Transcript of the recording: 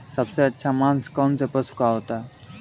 सबसे अच्छा मांस कौनसे पशु का होता है?